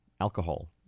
alcohol